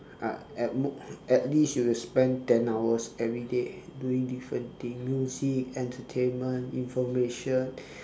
I at most at least you spend ten hours everyday doing different thing music entertainment information